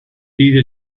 دید